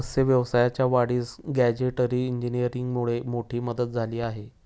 मत्स्य व्यवसायाच्या वाढीस गॅजेटरी इंजिनीअरिंगमुळे मोठी मदत झाली आहे